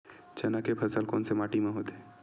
चना के फसल कोन से माटी मा होथे?